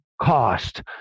cost